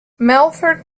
melford